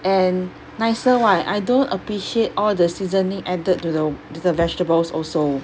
and nicer what I don't appreciate all the seasoning added to the to the vegetables also